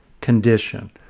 condition